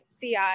CI